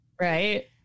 right